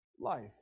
life